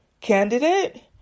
candidate